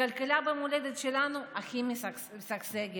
הכלכלה במולדת שלנו הכי משגשגת,